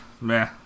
Meh